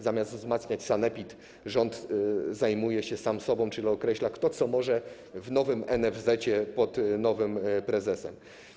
Zamiast wzmacniać sanepid, rząd zajmuje się sam sobą, czyli określa, kto co może w nowym NFZ-ecie, pod nowym prezesem.